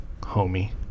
homie